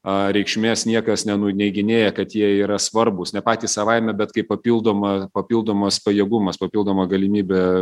a reikšmės niekas nenuneiginėja kad jie yra svarbūs ne patys savaime bet kaip papildoma papildomas pajėgumas papildoma galimybė